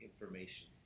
information